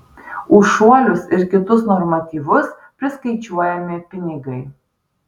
už šuolius ir kitus normatyvus priskaičiuojami pinigai